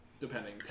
Depending